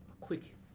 quick